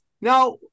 Now